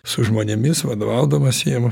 su žmonėmis vadovaudamas jiem